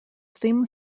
theme